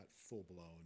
full-blown